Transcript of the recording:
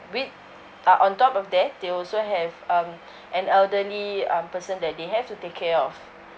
with uh on top of that they also have um an elderly um person that they have to take care of